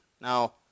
Now